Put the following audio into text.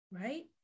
right